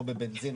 או בבנזין,